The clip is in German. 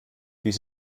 dies